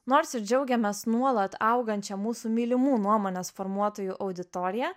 nors ir džiaugiamės nuolat augančia mūsų mylimų nuomonės formuotojų auditorija